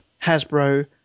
Hasbro